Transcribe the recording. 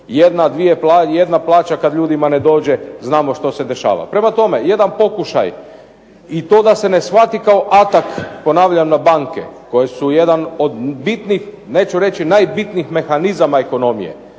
Jedna plaća kad ljudima ne dođe znamo što se dešava. Prema tome, jedan pokušaj i to da se ne shvati kao atak ponavljam na banke koje su jedan od bitnih, neću reći najbitnijih mehanizama ekonomije,